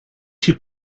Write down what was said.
too